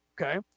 okay